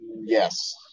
Yes